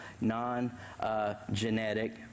non-genetic